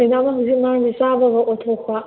madam ꯍꯧꯖꯤꯛ ꯃꯥꯁꯦ ꯆꯥꯕꯒ ꯑꯣꯊꯣꯛꯄ